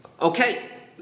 Okay